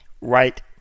right